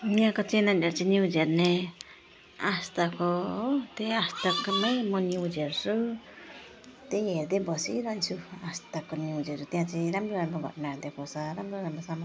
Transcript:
यहाँका च्यानलहरू चाहिँ न्युज हेर्ने आज तक हो त्यही आजतकमै म न्युज हेर्छु त्यही हेर्दै बसिरहन्छु आजतकको न्युजहरू त्यहाँ चाहिँ राम्रो राम्रो घटनाहरू देखाउँछ राम्रो राम्रो समाचारहरू पनि दिन्छ